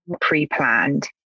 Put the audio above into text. pre-planned